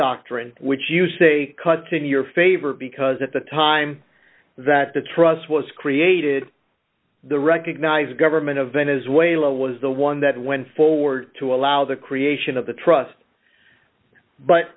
doctrine which you say cut to in your favor because at the time that the trust was created the recognized government of venezuela was the one that went forward to allow the creation of the trust but